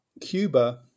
Cuba